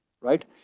right